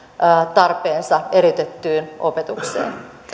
tarpeensa eriytettyyn opetukseen